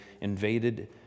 invaded